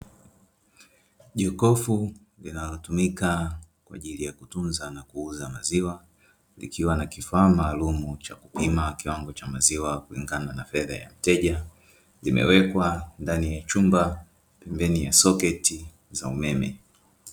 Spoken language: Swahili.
Jokofu linalotumika kwa ajili ya kutunza na kuuza maziwa, likiwa na kifaa maalumu cha kupima kiwango cha maziwa kulingana na fedha ya mteja, limewekwa ndani ya chumba pembeni ya soketi za umeme.